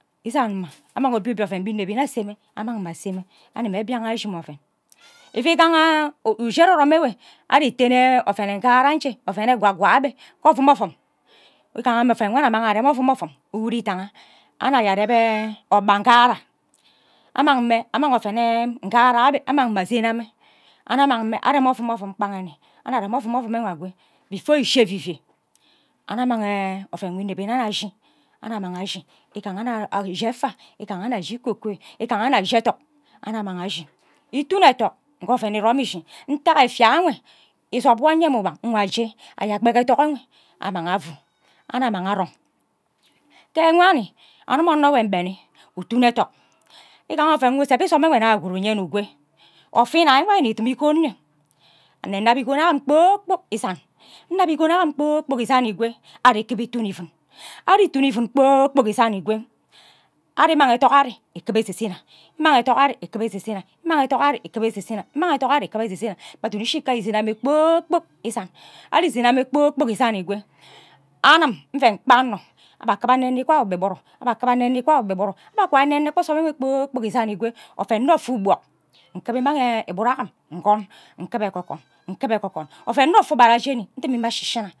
Isan mma annang obie obie oven mbe ineb nnee ase mme among anime mbian ayo oshie mohe oven igaha ushie ererem ajoe ari iteme oven ngara nje oven ekure kwe nje ke ovum ovum igaha mme oven amang arem ovu ovun irudenha anno amang mme oven nne ngara awe annang mme asene mma annun amang oven ovum ovum enwe kpanging. Ishi evivie annun mang oven nwo ineb inneb annuk amang ashi anun amang ashi igahara nna anuk ashi effu igaha nna annuk ashi ikokoi iyaha nma onnon an shi ethok annuk amang ashi itu ahok nghe oven inam eshi nteke efia enwe izob uwo anye mme uwan nkwa aje aja agbe ke ethok enwe amang afu annuk amang arong ke wani anim onno nwo ngbeni untu ethok igaha oven useb izom enwe nna gwud inyene ikwo ofe inay nwo arfi nne idim igom nyen innab igam amm kpor kpok isan nnab igon amm kpor kpok isan ikwe ari ikibe ofu ivun ari itu. Ivun kpor kpok isan ikwe ari ignang ethok ari ikiba ise sana iman ethok ari ikiba ese sena imang ethok ari ikiba ose sena imang ethok ari ikiba ese sena aba duduk shi gha ivun amen kpor kpok isan ari isena mme kpor kpok isan ikwe anim iven ikpa anno abhe akiba nne nne ikueni ogbe igburu aba akiba nne nne ikumi ogbe igburu aba akawai nene ogbe igburu abe ekweri nne nne ikpa ozom inwe kpor kpok isan ikwe oven nne ope ugbak nkiba imang igbura agimo nkub akiba ekwo ekwon nkiba ekwo kwon oven nne ofe ugbara jeni ndimi ma shishina.